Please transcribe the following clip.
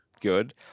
good